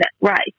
right